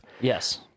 Yes